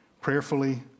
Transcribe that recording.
Prayerfully